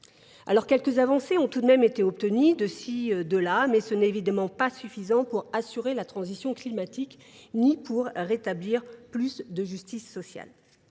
Alors, quelques avancées ont tout de même été obtenies de ci de là, mais ce n'est évidemment pas suffisant pour assurer la transition climatique ni pour rétablir plus de justice sociale.